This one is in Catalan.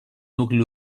nucli